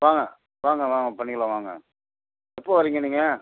வாங்க வாங்க வாங்க பண்ணிக்கலாம் வாங்க எப்போது வரீங்க நீங்கள்